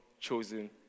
chosen